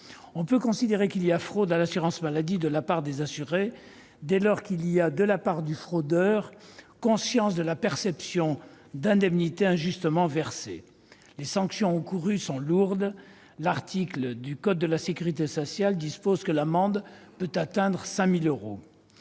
On peut considérer qu'il y a fraude à l'assurance maladie de la part des assurés dès lors qu'il y a, chez le fraudeur, conscience de percevoir des indemnités injustement versées. Les sanctions encourues sont lourdes : le code de la sécurité sociale prévoit une amende pouvant atteindre 5 000 euros.